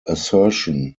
assertion